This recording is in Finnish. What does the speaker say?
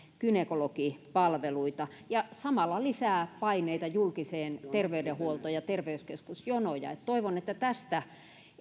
gynekologipalveluita ja samalla lisää paineita julkiseen terveydenhuoltoon ja terveyskeskusjonoja toivon että tästä